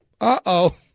uh-oh